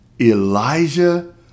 Elijah